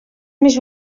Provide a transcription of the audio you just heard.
més